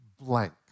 blank